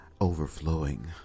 overflowing